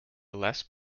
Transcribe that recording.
less